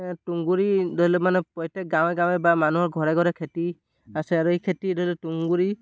তুঁহগুৰি ধৰি লওক মানে প্ৰত্যেক গাঁৱে গাঁৱে বা মানুহৰ ঘৰে ঘৰে খেতি আছে আৰু এই খেতি ধৰি লওক তুঁহগুৰি